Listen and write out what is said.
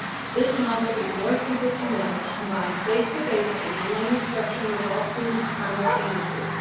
this model is more simple to manage, combines face to face and online instruction with all students simultaneously.